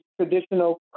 traditional